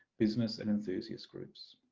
business and enthusiast groups.